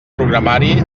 programari